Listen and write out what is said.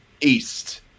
east